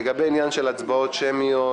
לגבי עניין של הצבעות שמיות,